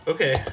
Okay